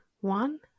one